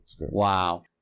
Wow